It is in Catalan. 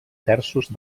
terços